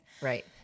right